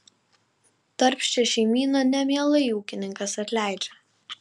darbščią šeimyną nemielai ūkininkas atleidžia